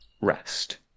rest